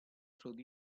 through